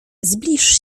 zbliż